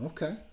Okay